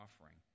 offering